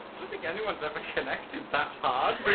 i don't think anyone's ever connected that hard